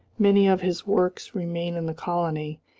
many of his works remain in the colony,